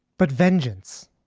but vengeance.